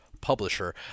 publisher